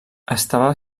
estava